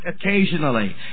occasionally